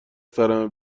سرمه